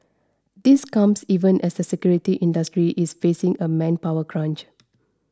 this comes even as the security industry is facing a manpower crunch